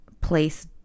place